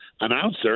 announcer